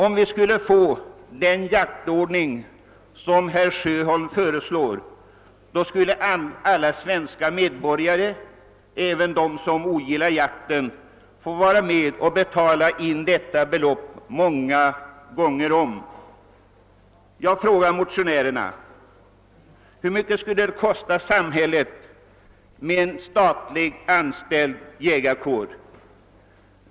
Med den jaktordning, som herr Sjöholm föreslår, skulle alla svenska medborgare — även de som ogillar jakten — få bidra till att betala motsvarande belopp många gånger om. Jag vill fråga motionärerna hur mycket det skulle kosta samhället att ha en statligt anställd jägarkår.